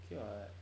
okay [what]